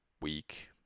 week